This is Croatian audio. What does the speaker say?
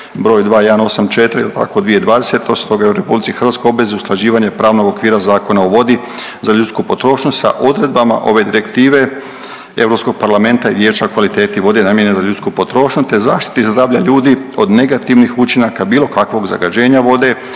br. 2184/2020 stoga je u RH u obvezi usklađivanje pravnog okvira Zakona o vodi za ljudsku potrošnju sa odredbama ove Direktive Europskog parlamenta i Vijeća o kvaliteti vode namijenjene za ljudsku potrošnju te zaštiti zdravlja ljudi od negativnih učinaka bilo kakvog zagađenje vode